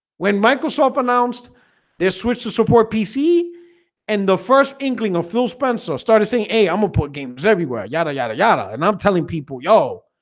when microsoft announced their switch to support pc and the first inkling of phil spencer started saying hey, i'm a poor gamers everywhere yadda yadda yadda, and i'm telling people yo,